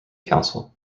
council